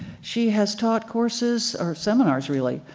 she has taught courses, or seminars really,